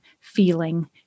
feeling